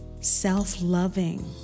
self-loving